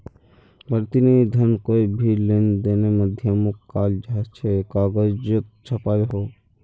प्रतिनिधि धन कोए भी लेंदेनेर माध्यामोक कहाल जाहा जे कगजोत छापाल हो